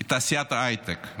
היא תעשיית ההייטק,